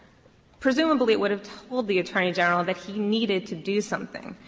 presumably it would have told the attorney general that he needed to do something.